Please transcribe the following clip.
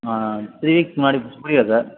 ஆ three வீக்ஸுக்கு முன்னாடி புரியல சார்